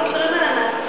כל הדברים האלה נעשו.